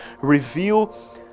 reveal